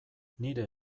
nire